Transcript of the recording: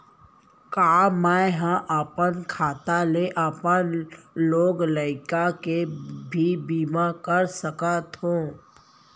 का मैं ह अपन खाता ले अपन लोग लइका के भी बीमा कर सकत हो